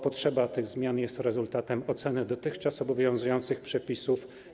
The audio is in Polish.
Potrzeba tych zmian jest rezultatem oceny dotychczas obowiązujących przepisów.